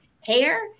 hair